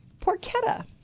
Porchetta